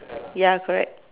ya correct